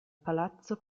palazzo